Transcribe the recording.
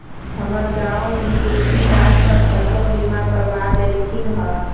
हमर गांव के किसान सभ फसल बीमा करबा लेलखिन्ह ह